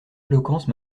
éloquence